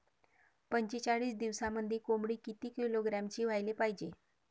पंचेचाळीस दिवसामंदी कोंबडी किती किलोग्रॅमची व्हायले पाहीजे?